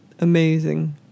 amazing